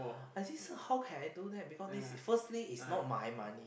like this how can I do that because this is firstly is not my money